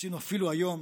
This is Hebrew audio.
רצינו אפילו היום,